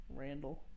Randall